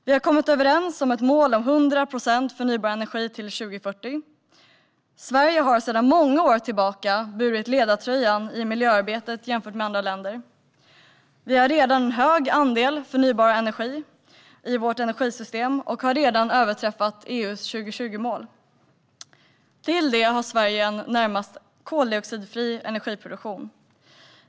Vi har kommit överens om ett mål om 100 procent förnybar energi till 2040. Sverige har sedan många år tillbaka burit ledartröjan i miljöarbetet jämfört med andra länder. Vi har redan en hög andel förnybar energi i vårt energisystem och har redan överträffat EU:s 2020-mål. Till detta kommer att Sverige har en närmast koldioxidfri energiproduktion.